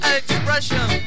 expression